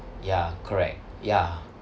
ya correct ya